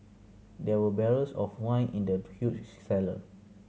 there were barrels of wine in the huge cellar